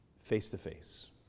face-to-face